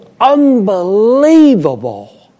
unbelievable